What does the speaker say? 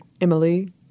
Emily